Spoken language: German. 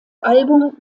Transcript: album